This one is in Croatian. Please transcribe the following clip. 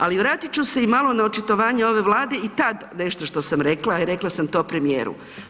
Ali vratit ću se i malo na očitovanje ove Vlade i tad nešto što sam rekla, a rekla sam to premijeru.